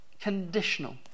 conditional